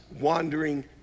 wandering